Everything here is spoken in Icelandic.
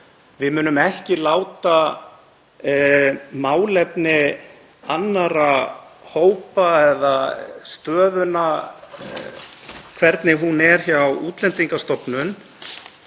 Við munum ekki láta málefni annarra hópa eða hvernig staðan er hjá Útlendingastofnun